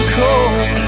cold